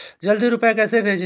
जल्दी रूपए कैसे भेजें?